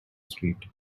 street